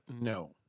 No